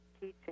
teaching